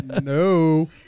No